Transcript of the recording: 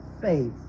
faith